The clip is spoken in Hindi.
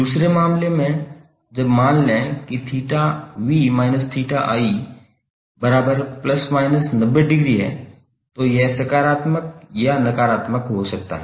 दूसरे मामले में जब मान लें कि 𝜃𝑣−𝜃𝑖±90° है तो यह सकारात्मक या नकारात्मक हो सकता है